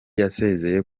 yasezeye